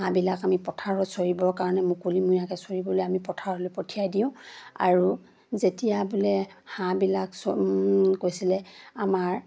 হাঁহবিলাক আমি পথাৰত চৰিবৰ কাৰণে মুকলিমূৰায়াকৈ চৰিবলৈ আমি পথাৰলৈ পঠিয়াই দিওঁ আৰু যেতিয়া বোলে হাঁহবিলাক চ কৈছিলে আমাৰ